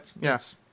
Yes